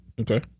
Okay